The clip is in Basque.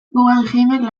guggenheimek